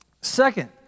Second